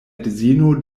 edzino